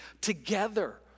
together